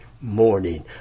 morning